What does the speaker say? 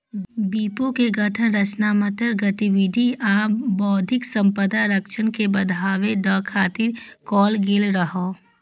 विपो के गठन रचनात्मक गतिविधि आ बौद्धिक संपदा संरक्षण के बढ़ावा दै खातिर कैल गेल रहै